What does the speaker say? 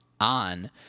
on